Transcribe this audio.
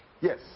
Yes